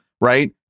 right